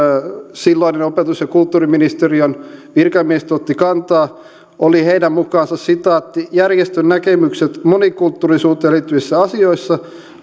silloin opetus ja kulttuuriministeriön virkamiehet ottivat kantaa oli heidän mukaansa se että järjestön näkemykset monikulttuurisuuteen liittyvissä asioissa